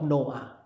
Noah